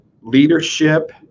leadership